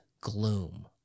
gloom